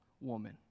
woman